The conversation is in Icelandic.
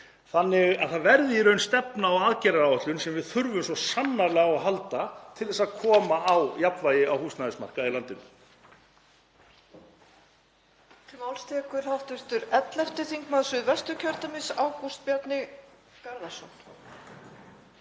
þannig að það verði í raun stefna og aðgerðaáætlun sem við þurfum svo sannarlega á að halda til að koma á jafnvægi á húsnæðismarkaði í landinu.